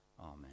Amen